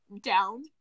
down